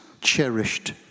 cherished